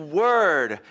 word